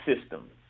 system